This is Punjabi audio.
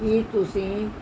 ਕੀ ਤੁਸੀਂ